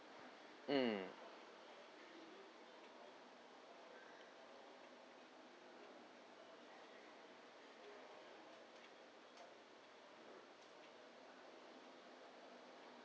mm